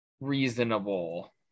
reasonable